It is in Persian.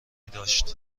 داشت